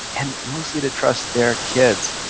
and mostly to trust their kids.